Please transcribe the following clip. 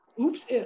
Oops